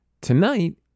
Tonight